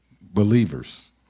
believers